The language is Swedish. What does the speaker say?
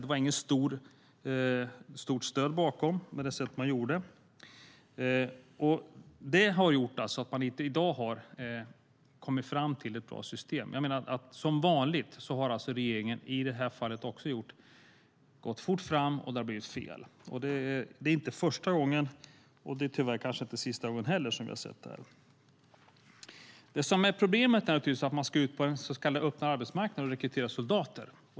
Det fanns inget stort stöd bakom det sätt man gjorde det på. Det har alltså gjort att man i dag inte har kommit fram till ett bra system. Som vanligt har alltså regeringen i det här fallet också gått fort fram, och det har blivit fel. Det är inte första gången, och det är tyvärr kanske inte sista gången heller som vi har sett det. Det som är problemet är naturligtvis att man ska ut på den så kallade öppna arbetsmarknaden och rekrytera soldater.